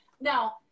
Now